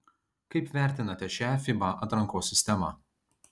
kaip vertinate šią fiba atrankos sistemą